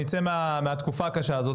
נצא מהתקופה הקשה הזאת,